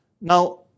Now